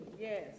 yes